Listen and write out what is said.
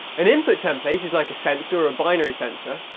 an input template is like a sensor or a binary sensor,